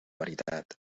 veritat